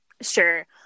Sure